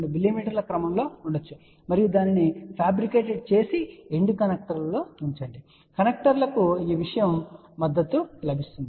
2 మిమీల క్రమంలో ఉండవచ్చు మరియు దానిని ఫ్యాబ్రికేటెడ్ చేసి ఎండ్ కనెక్టర్లలో ఉంచండి కనెక్టర్లకు ఈ విషయం మద్దతు లభిస్తుంది